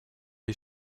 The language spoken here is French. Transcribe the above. est